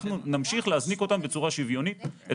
אנחנו נמשיך להזניק בצורה שוויונית את